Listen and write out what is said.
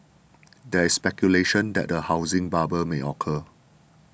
there is speculation that a housing bubble may occur